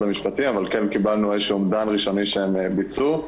המשפטים אבל קיבלנו איזשהו אומדן ראשוני שהם ביצעו.